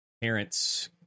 parents